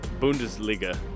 Bundesliga